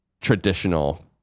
traditional